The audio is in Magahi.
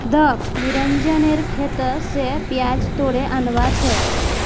दख निरंजन खेत स प्याज तोड़े आनवा छै